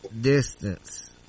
distance